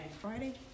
Friday